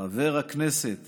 חבר הכנסת